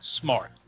Smart